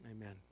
Amen